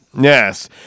Yes